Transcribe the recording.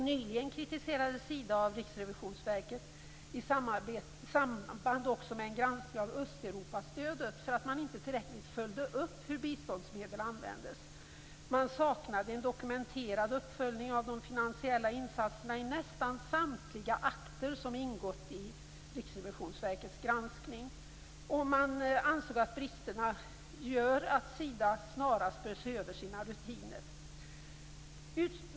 Nyligen kritiserades Sida av Riksrevisionsverket i samband med en granskning av Östeuropastödet för att man inte tillräckligt följde upp hur biståndsmedel användes. Man saknade en dokumenterad uppföljning av de finansiella insatserna i nästan samtliga akter som ingått i Riksrevisionsverkets granskning. Riksrevisionsverket ansåg att bristerna gör att Sida snarast bör se över sina rutiner.